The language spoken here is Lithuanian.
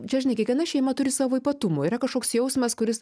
čia žinai kiekviena šeima turi savo ypatumų yra kažkoks jausmas kuris